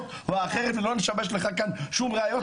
או אחרת ולא נשבש לך כאן שום ראיות,